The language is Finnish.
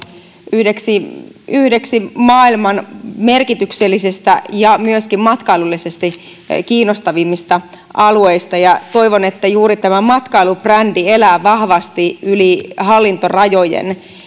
yhdeksi yhdeksi maailman merkityksellisimmistä ja myöskin matkailullisesti kiinnostavimmista alueista ja toivon että juuri tämä matkailubrändi elää vahvasti yli hallintorajojen